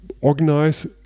organize